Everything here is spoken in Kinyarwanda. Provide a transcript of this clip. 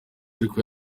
ariko